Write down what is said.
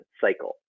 cycle